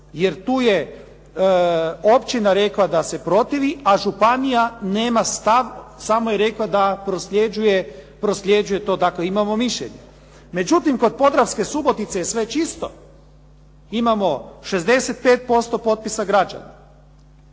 jer tu je općina rekla da se protivi a županija nema stav, samo je rekla da prosljeđuje to, dakle, imamo mišljenje. Međutim, kod Podravske subotice je sve čisto. Imamo 65% potpisa građana.